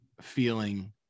feeling